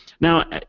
Now